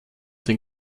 den